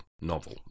novel